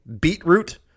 beetroot